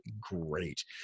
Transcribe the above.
great